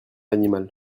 animal